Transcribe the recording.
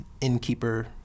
innkeeper